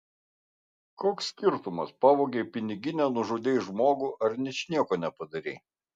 koks skirtumas pavogei piniginę nužudei žmogų ar ničnieko nepadarei